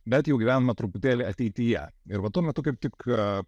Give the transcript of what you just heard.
bet jų gyvenome truputėlį ateityje ir va tuo metu kaip tik